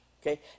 okay